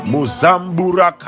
Muzambura